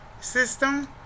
system